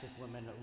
women